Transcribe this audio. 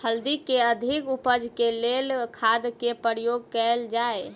हल्दी केँ अधिक उपज केँ लेल केँ खाद केँ प्रयोग कैल जाय?